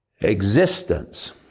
existence